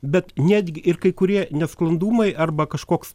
bet netgi ir kai kurie nesklandumai arba kažkoks